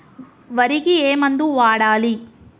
వరికి ఏ మందు వాడాలి?